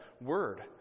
word